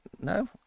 No